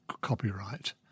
copyright